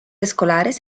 escolares